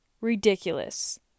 ridiculous